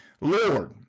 Lord